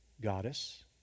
goddess